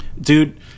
Dude –